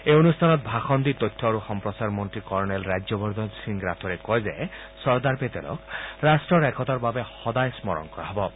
এই অনুষ্ঠানত ভাষণ দি তথ্য আৰু সম্প্ৰচাৰ মন্ত্ৰী কৰ্ণেল ৰাজ্যবৰ্ধন সিং ৰাথোৰে কয় যে চৰ্দাৰ পেটেলক ৰাট্টৰ একতাৰ বাবে সদায় স্মৰণ কৰা হব